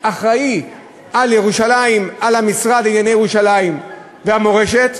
אחראי לירושלים, למשרד לענייני ירושלים והמורשת,